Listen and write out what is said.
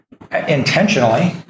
intentionally